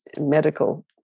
medical